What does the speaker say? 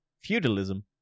feudalism